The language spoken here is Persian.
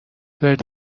ورد